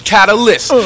Catalyst